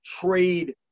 trade